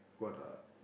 what are